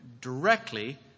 directly